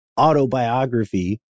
autobiography